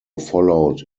followed